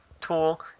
tool